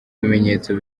bimenyetso